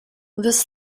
this